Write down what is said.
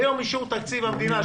ביום אישור תקציב המדינה,